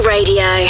Radio